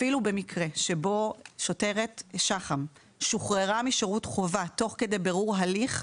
אפילו במקרה בו שוטרת שח"ם שוחררה משירות חובה תוך כדי בירור הליך,